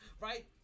right